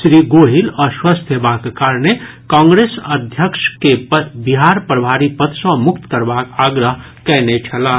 श्री गोहिल अस्वस्थ हेबाक कारणे कांग्रेस अध्यक्ष के बिहार प्रभारी पद सॅ मुक्त करबाक आग्रह कयने छलाह